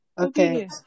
Okay